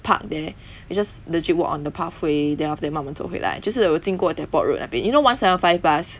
park there we just legit walk on the pathway then after that 慢慢走回来就是有经过 depot road 那边 you know one seven five bus